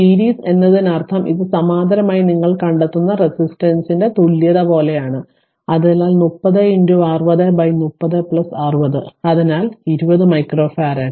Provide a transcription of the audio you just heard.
series എന്നതിനർത്ഥം ഇത് സമാന്തരമായി നിങ്ങൾ കണ്ടെത്തുന്ന റെസിസ്റ്റൻസ് ന്റെ തുല്യത പോലെയാണ് അതിനാൽ 30 60 30 60 അതിനാൽ 20 മൈക്രോഫറാഡ്